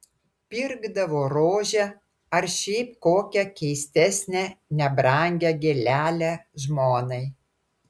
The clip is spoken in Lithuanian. pirkdavo rožę ar šiaip kokią keistesnę nebrangią gėlelę žmonai